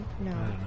No